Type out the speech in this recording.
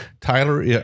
Tyler